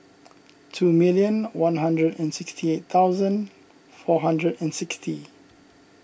two million one hundred and sixty eight thousand four hundred and sixty